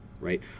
Right